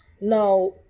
Now